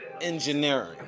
engineering